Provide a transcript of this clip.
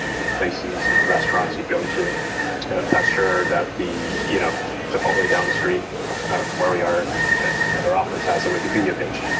the places and restaurants yeah go to. i'm not sure that the you know chipotle down the street from where we are at our office has a wikipedia page.